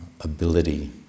ability